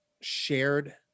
shared